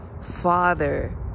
father